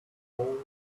own